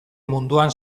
munduan